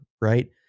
right